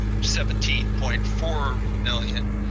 seventeen point four million.